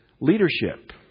leadership